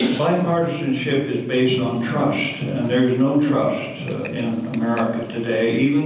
bipartisanship is based on trust and there's no trust in america today.